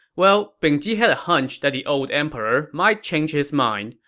well, bing ji had a hunch that the old emperor might change his mind,